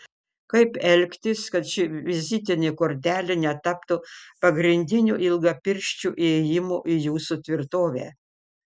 kaip elgtis kad ši vizitinė kortelė netaptų pagrindiniu ilgapirščių įėjimu į jūsų tvirtovę